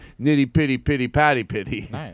nitty-pitty-pitty-patty-pitty